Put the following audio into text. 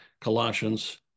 Colossians